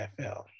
nfl